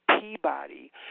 Peabody